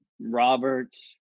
Roberts